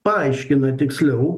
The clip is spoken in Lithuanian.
paaiškina tiksliau